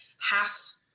half